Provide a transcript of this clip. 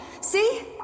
See